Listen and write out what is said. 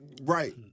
Right